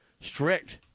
strict